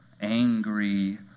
angry